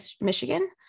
Michigan